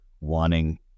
wanting